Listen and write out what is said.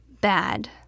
bad